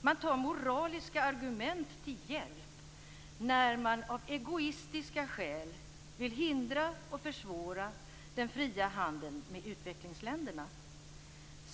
Man tar moraliska argument till hjälp när man av egoistiska skäl vill hindra och försvåra den fria handeln med utvecklingsländerna.